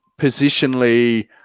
positionally